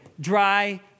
Dry